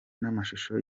n’amashusho